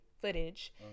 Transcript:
footage